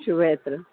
Shubhyatra